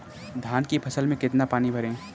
धान की फसल में कितना पानी भरें?